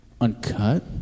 uncut